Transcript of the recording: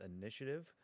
Initiative